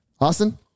Austin